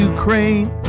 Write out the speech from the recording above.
Ukraine